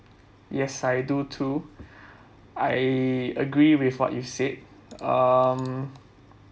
yes I do too I agree with what you said um